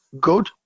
Good